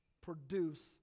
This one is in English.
produce